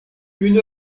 une